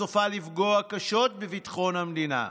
סופה לפגוע קשות בביטחון המדינה.